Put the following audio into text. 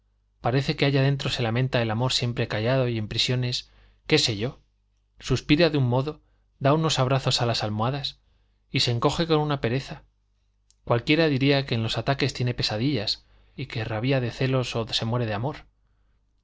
parece que allá dentro se lamenta el amor siempre callado y en prisiones qué sé yo suspira de un modo da unos abrazos a las almohadas y se encoge con una pereza cualquiera diría que en los ataques tiene pesadillas y que rabia de celos o se muere de amor